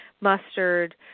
mustard